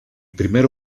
primero